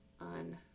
on